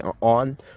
on